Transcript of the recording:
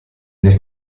nel